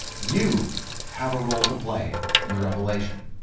you have a role to play in the revelation,